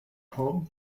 home